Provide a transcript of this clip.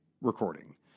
recording